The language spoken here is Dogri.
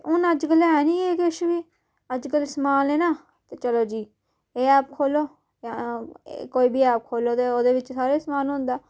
हून अज्जकल ऐ नी एह् किश बी अज्जकल समान लैना ते चलो जी एह् ऐप खोलो ते कोई बी ऐप खोलो ते ओह्दे बिच्च हर इक समान होंदा